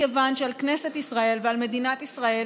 מכיוון שעל כנסת ישראל ועל מדינת ישראל,